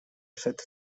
szedł